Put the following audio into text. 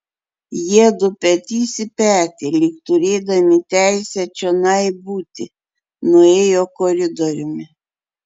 jiedu petys į petį lyg turėdami teisę čionai būti nuėjo koridoriumi